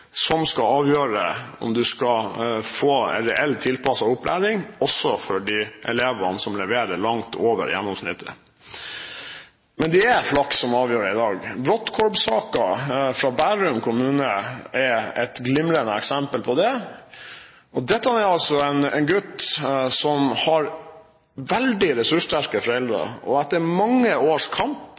som skal avgjøre om du skal få reell tilpasset opplæring, også for de elevene som leverer langt over gjennomsnittet. Men det er flaks som avgjør det i dag. Brodtkorb-saken fra Bærum kommune er et glimrende eksempel på det. Dette er altså en gutt som har veldig ressurssterke foreldre, og som etter mange års kamp